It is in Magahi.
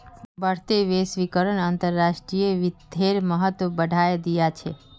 बढ़ते वैश्वीकरण अंतर्राष्ट्रीय वित्तेर महत्व बढ़ाय दिया छे